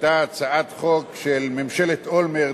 היתה הצעת חוק של ממשלת אולמרט,